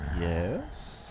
Yes